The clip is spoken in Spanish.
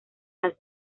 las